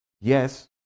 yes